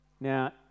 Now